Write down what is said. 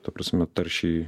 ta prasme taršiai